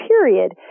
period